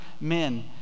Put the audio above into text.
men